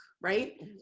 right